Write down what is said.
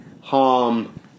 Harm